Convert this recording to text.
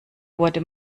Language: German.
wurde